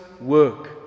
work